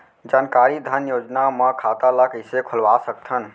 जानकारी धन योजना म खाता ल कइसे खोलवा सकथन?